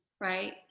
right